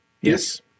Yes